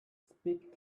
speak